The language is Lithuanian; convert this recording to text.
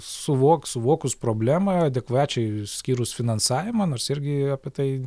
suvok suvokus problemą adekvačiai skyrus finansavimą nors irgi apie tai